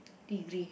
degree